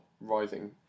rising